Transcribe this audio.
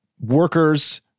workers